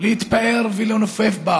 להתפאר ולנופף בה